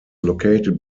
located